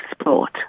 Sport